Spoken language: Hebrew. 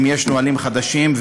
אם יש נהלים חדשים,